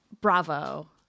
Bravo